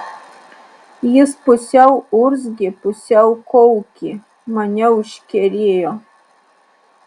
jis pusiau urzgė pusiau kaukė mane užkerėjo